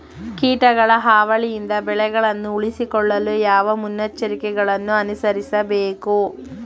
ಕೀಟಗಳ ಹಾವಳಿಯಿಂದ ಬೆಳೆಗಳನ್ನು ಉಳಿಸಿಕೊಳ್ಳಲು ಯಾವ ಮುನ್ನೆಚ್ಚರಿಕೆಗಳನ್ನು ಅನುಸರಿಸಬೇಕು?